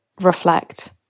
reflect